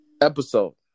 episode